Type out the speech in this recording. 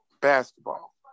basketball